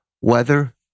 Weather